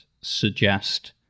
suggest